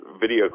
video